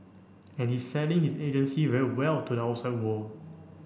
and he's selling his agency very well to the outside world